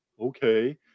okay